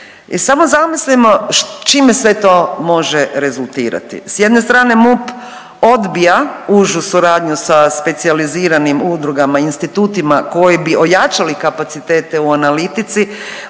samo zamislimo čime sve to može rezultirati? S jedne strane MUP odbija užu suradnju sa specijaliziranim udrugama i institutima koji bi ojačali kapacitete u analitici